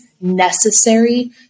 necessary